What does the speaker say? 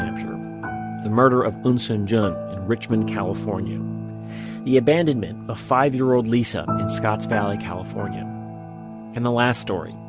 hampshire the murder of eunsoon jun in richmond, california the abandonment of five-year-old lisa in scotts valley, california and the last story,